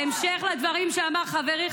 בהמשך לדברים שאמר חברי,